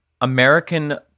American